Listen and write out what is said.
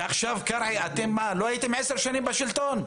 ועכשיו קרעי אתם מה, לא הייתם עשר שנים בשלטון?